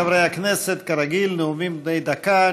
חברי הכנסת, כרגיל, נאומים בני דקה.